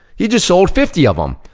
he just sold fifty of em.